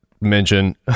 mention